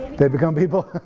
they become people?